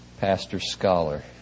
pastor-scholar